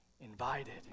invited